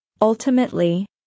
Ultimately